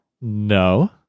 No